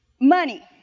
Money